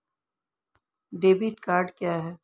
Debit card क्या है?